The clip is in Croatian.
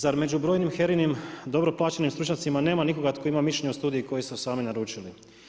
Zar među brojnim HERA-nim dobro plaćenim stručnjacima nema nikoga tko ima mišljenje o studiji koju su sami naručili.